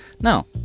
No